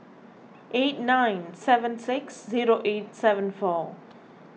eight nine seven six zero eight seven four